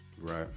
Right